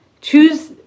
choose